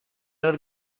tener